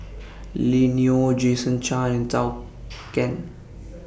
Lily Neo Jason Chan and Zhou Can